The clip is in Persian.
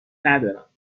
ندارم